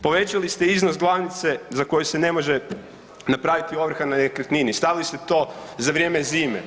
Povećali ste iznos glavnice za koju se ne može napraviti ovrha na nekretnini, stavili ste to za vrijeme zime.